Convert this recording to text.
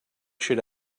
should